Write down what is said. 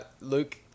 Luke